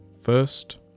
First